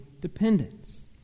dependence